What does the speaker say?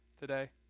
today